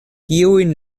kiujn